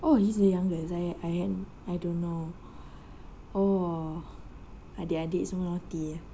oh he's the youngest I I had I don't know oh adik-adik semua naughty eh